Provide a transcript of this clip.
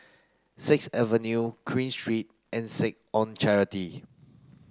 sixth Avenue Queen Street and Seh Ong Charity